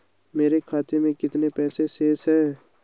मेरे खाते में कितने पैसे शेष हैं?